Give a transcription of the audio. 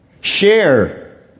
Share